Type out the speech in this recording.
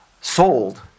sold